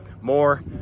more